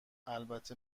البته